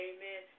Amen